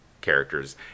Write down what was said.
characters